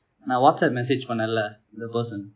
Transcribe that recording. நான்:naan whatsapp message பன்னேன்ல:pannenla the person